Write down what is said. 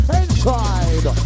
inside